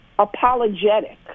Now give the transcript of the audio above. apologetic